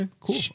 cool